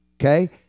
okay